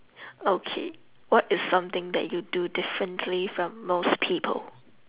okay what is something that you do differently from most people